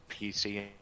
PC